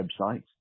websites